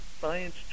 Science